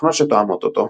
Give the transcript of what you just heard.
ובתוכנות שתואמות אותו.